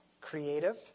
creative